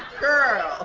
girl.